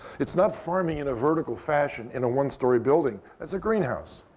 it's not farming in a vertical fashion in a one-story building. that's a greenhouse.